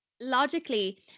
logically